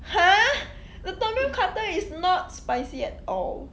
!huh! the tom yum curry is not spicy at all